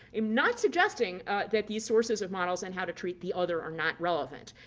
i'm not suggesting that these sources of models and how to treat the other are not relevant.